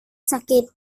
sakit